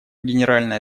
генеральная